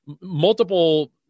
multiple